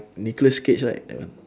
nicholas cage right that one